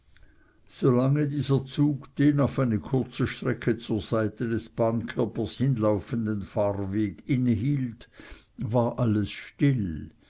dieser zug den auf eine kurze strecke zur seite des bahnkörpers hinlaufenden fahrweg innehielt war alles still